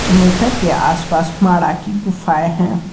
metre के आसपास माडा की गुफाएं हैं